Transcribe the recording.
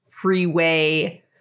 freeway